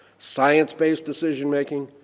science-based decision making,